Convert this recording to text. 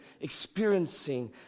experiencing